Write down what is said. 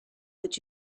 that